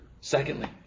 Secondly